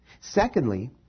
Secondly